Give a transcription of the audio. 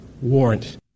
warrant